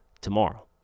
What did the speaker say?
tomorrow